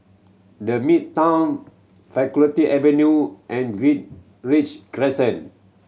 The Midtown Faculty Avenue and Greenridge Crescent